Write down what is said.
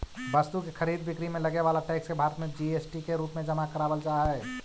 वस्तु के खरीद बिक्री में लगे वाला टैक्स के भारत में जी.एस.टी के रूप में जमा करावल जा हई